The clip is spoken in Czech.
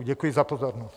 Děkuji za pozornost.